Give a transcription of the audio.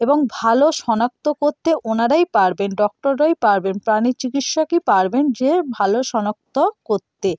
এবং ভালো শনাক্ত করতে ওনারাই পারবেন ডক্টররাই পারবেন প্রাণী চিকিৎসকই পারবেন যে ভালো শনাক্ত করতে